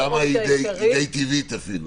שם היא די טבעית אפילו.